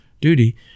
duty